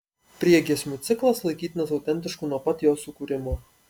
priegiesmių ciklas laikytinas autentišku nuo pat jo sukūrimo